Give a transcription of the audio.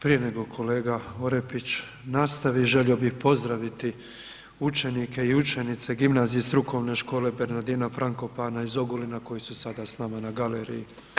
Prije nego kolega Orepić nastavi želio bih pozdraviti učenike i učenice Gimnazije strukovne škole Bernardina Frankopana iz Ogulina koji su sada s nama na galeriji.